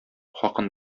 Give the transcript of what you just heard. хакын